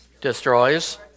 Destroys